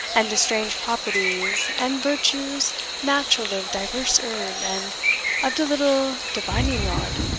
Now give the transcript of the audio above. and de strange properties and virtues natural of divers herb, and of de little divining-rod.